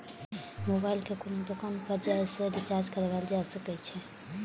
mobile कें कोनो दोकान पर जाके सेहो रिचार्ज कराएल जा सकैए